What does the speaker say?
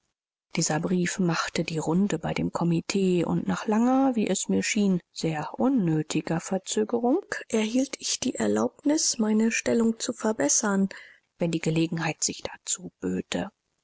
dieser brief machte die runde bei dem komitee und nach langer wie es mir schien sehr unnötiger verzögerung erhielt ich die erlaubnis meine stellung zu verbessern wenn die gelegenheit sich dazu böte